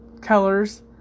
colors